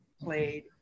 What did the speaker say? played